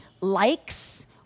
likes